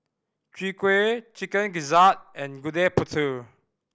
Chwee Kueh Chicken Gizzard and Gudeg Putih